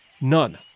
None